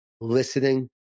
listening